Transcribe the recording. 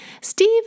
Steve